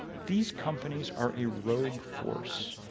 these companies are a rogue force,